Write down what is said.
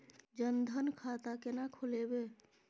जनधन खाता केना खोलेबे?